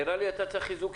נראה לי שאתה צריך חיזוקים.